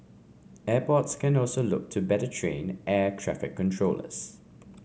airports can also look to better train air traffic controllers